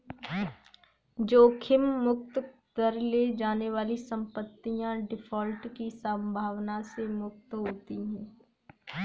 जोखिम मुक्त दर ले जाने वाली संपत्तियाँ डिफ़ॉल्ट की संभावना से मुक्त होती हैं